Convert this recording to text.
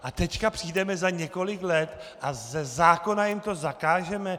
A teď přijdeme za několik let a ze zákona jim to zakážeme?